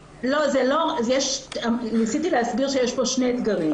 לא, ניסיתי להסביר שיש פה שני אתגרים.